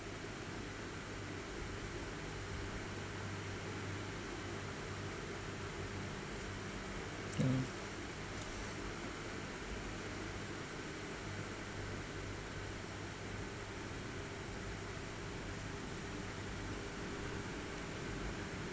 um